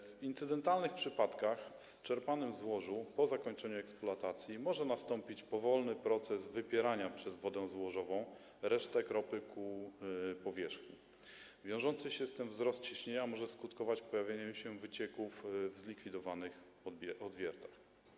W incydentalnych przypadkach w sczerpanym złożu po zakończeniu eksploatacji może nastąpić powolny proces wypierania przez wodę złożową resztek ropy ku powierzchni, wiążący się z tym wzrost ciśnienia może skutkować pojawieniem się wycieków w zlikwidowanych odwiertach.